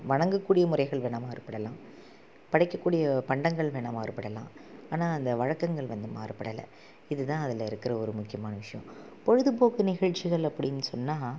வணங்கக்கூடிய முறைகள் வேணால் மாறுபடலாம் படைக்கக்கூடிய பண்டங்கள் வேணால் மாறுபடலாம் ஆனால் அந்த வழக்கங்கள் வந்து மாறுபடலை இதுதான் அதில் இருக்கிற ஒரு முக்கியமான விஷயம் பொழுதுபோக்கு நிகழ்ச்சிகள் அப்படின் சொன்னால்